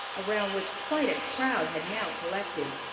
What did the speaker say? around which quite a crowd had now collected.